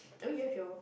I mean you have your